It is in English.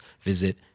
visit